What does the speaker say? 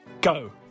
Go